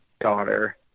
daughter